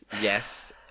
yes